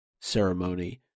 ceremony